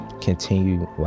continue